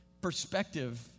perspective